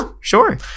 sure